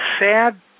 sad